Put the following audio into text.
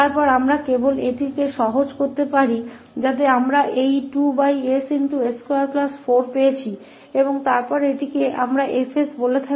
तब हम इसे सरल बना सकते हैं इसलिए हमें यह2ss21 मिला और फिर इसे हम 𝐹𝑠 कहते हैं